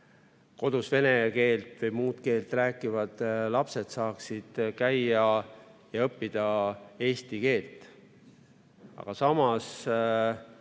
kodus vene keelt või muud keelt rääkivad lapsed saaksid õppida eesti keelt. Samas